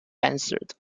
answered